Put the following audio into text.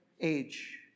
age